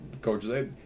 coaches